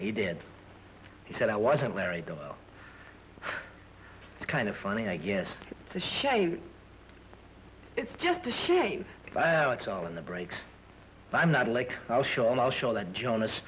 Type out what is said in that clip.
he did he said i wasn't married though kind of funny i guess it's a shame it's just a shame it's all in the breaks i'm not like i'll show and i'll show that jonas